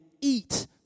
eat